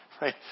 Right